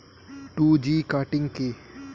Two G cutting কি?